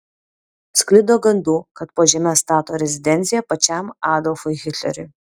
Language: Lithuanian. sklido gandų kad po žeme stato rezidenciją pačiam adolfui hitleriui